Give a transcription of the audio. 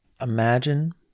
Imagine